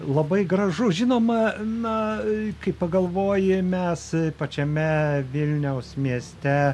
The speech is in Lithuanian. labai gražu žinoma na kai pagalvoji mes pačiame vilniaus mieste